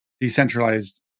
decentralized